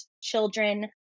children